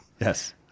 Yes